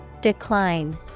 Decline